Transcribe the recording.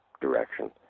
direction